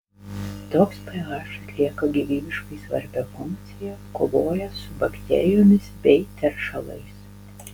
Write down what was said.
toks ph atlieka gyvybiškai svarbią funkciją kovoja su bakterijomis bei teršalais